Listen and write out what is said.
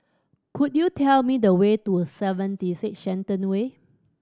could you tell me the way to Seventy Six Shenton Way